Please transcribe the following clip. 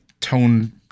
tone